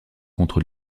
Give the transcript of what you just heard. contre